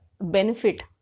benefit